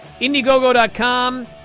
Indiegogo.com